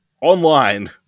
online